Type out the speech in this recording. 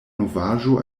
novaĵo